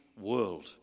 world